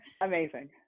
Amazing